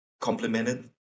complemented